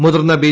മുതിർന്ന ബി